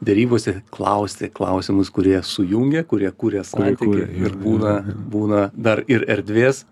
derybose klausti klausimus kurie sujungia kurie kuria santykį ir būna būna dar ir erdvės